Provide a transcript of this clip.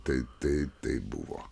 tai tai tai buvo